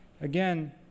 Again